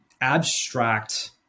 abstract